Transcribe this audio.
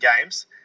games